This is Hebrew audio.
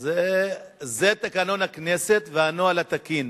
זה תקנון הכנסת והנוהל התקין,